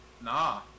Nah